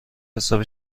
حساب